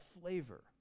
flavor